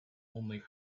only